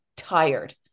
tired